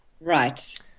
right